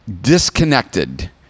disconnected